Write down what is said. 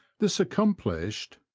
this accomplished,